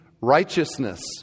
righteousness